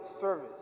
service